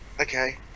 okay